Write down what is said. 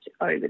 over